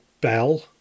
Bell